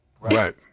Right